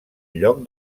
lloc